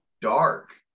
Dark